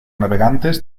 navegantes